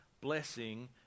blessing